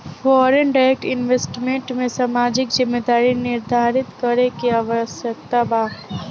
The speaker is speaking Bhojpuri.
फॉरेन डायरेक्ट इन्वेस्टमेंट में सामाजिक जिम्मेदारी निरधारित करे के आवस्यकता बा